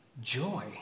Joy